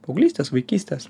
paauglystės vaikystės